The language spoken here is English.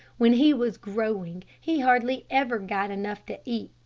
when he was growing, he hardly ever got enough to eat.